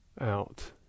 out